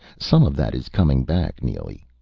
some of that is coming back, neely.